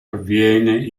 avviene